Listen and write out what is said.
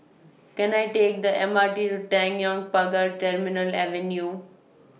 Can I Take The M R T to Tanjong Pagar Terminal Avenue